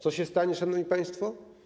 Co się stanie, szanowni państwo?